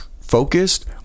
focused